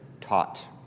taught